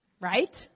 Right